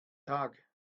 tag